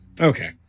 Okay